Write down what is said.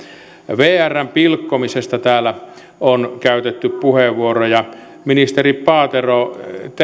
vrn pilkkomisesta täällä on käytetty puheenvuoroja ministeri paatero